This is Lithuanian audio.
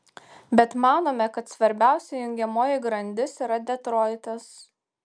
bet manome kad svarbiausia jungiamoji grandis yra detroitas